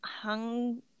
hung